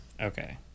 Okay